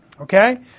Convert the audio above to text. Okay